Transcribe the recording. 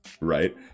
right